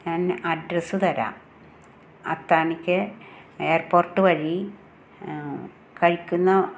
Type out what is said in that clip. ഞാൻ അഡ്രസ്സ് തരാം അത്താണിക്കെ ഏർപോർട്ട് വഴി കഴിക്കുന്ന